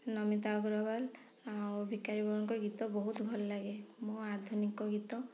ନମିତା ଅଗ୍ରୱାଲ ଆଉ ଭିକାରି ବଳଙ୍କ ଗୀତ ବହୁତ ଭଲ ଲାଗେ ମୁଁ ଆଧୁନିକ ଗୀତ